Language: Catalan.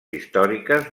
històriques